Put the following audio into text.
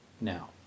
now